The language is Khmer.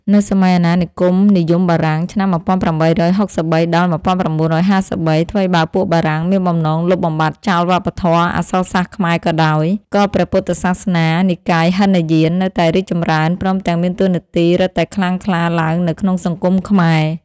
នៅសម័យអាណានិគមនិយមបារាំង (ឆ្នាំ ១៨៦៣-១៩៥៣) ថ្វីបើពួកបារាំង មានបំណងលុបបំបាត់ចោលវប្បធម៌ អក្សរសាស្ត្រខ្មែរក៏ដោយ ក៏ព្រះពុទ្ធសាសនា និកាយហីនយាននៅតែរីកចម្រើន ព្រមទាំងមានតួនាទីរឹតតែខ្លាំងក្លាឡើងនៅក្នុងសង្គម ខ្មែរ ។